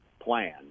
plan